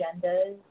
agendas